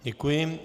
Děkuji.